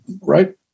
right